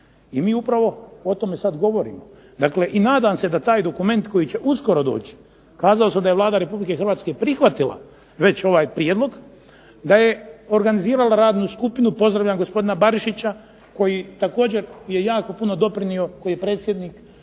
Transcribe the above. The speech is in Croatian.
i mi upravo o tome sada govorimo. Dakle i nadam se da taj dokument koji će uskoro doći, kazao sam da je Vlada Republike Hrvatske prihvatila ovaj prijedlog, da je organizirala radnu skupinu, pozdravljam gospodina BArišića koji je jako puno doprinjeo, koji je predsjednik